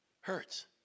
Hurts